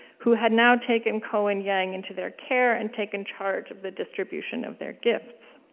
who had now taken ko and yang into their care and taken charge of the distribution of their gifts.